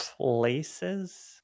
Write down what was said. Places